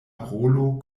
rolo